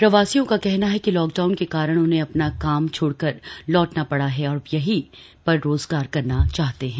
प्रवासियों का कहना है कि लॉकडाउन के कारण उन्हें अपना काम छोड़कर लौटना पड़ा है और अब यही पर रोजगार करना चाहते हैं